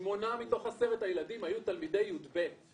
שמונה מתוך עשרה הילדים היו תלמידי יב'